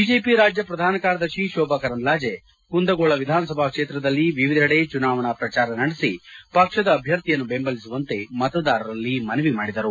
BJP ರಾಜ್ಯ ಪ್ರಧಾನ ಕಾರ್ಯದರ್ಶಿ ಶೋಭಾ ಕರಂದ್ಲಾಜೆ ಕುಂದಗೋಳ ವಿಧಾನಸಭಾ ಕ್ಷೇತ್ರದಲ್ಲಿ ವಿವಿಧೆಡೆ ಚುನಾವಣಾ ಪ್ರಚಾರ ನಡೆಸಿ ಪಕ್ಷದ ಅಭ್ಯರ್ಥಿಯನ್ನು ಬೆಂಬಲಿಸುವಂತೆ ಮತದಾರರಲ್ಲಿ ಮನವಿ ಮಾಡಿದರು